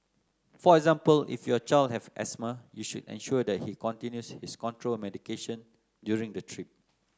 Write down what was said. for example if your child has asthma you should ensure that he continues his control medication during the trip